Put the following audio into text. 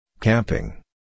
Camping